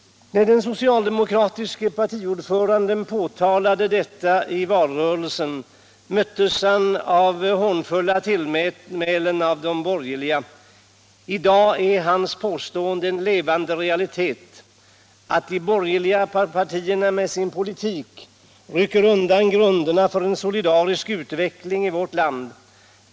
När den socialdemokratiske partiordföranden påtalade detta i valrörelsen möttes han av hånfulla tillmälen från de borgerliga. I dag är hans uttalande en levande realitet: att de borgerliga partierna med sin politik rycker undan grunderna för en solidarisk utveckling i vårt land.